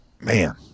man